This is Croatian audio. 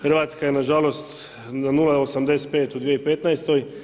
Hrvatska je nažalost, na 0,85 u 2015.